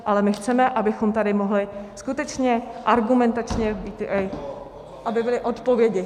Ale my chceme, abychom tady mohli skutečně argumentačně , aby byly odpovědi.